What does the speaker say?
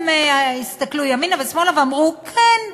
הם הסתכלו ימינה ושמאלה ואמרו: כן,